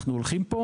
אנחנו הולכים פה,